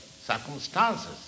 circumstances